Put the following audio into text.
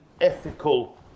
ethical